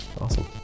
Awesome